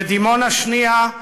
ודימונה שנייה,